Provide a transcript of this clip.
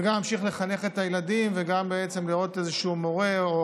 וגם ממשיך לחנך את הילדים וגם בעצם להיות איזשהו מורה או